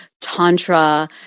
tantra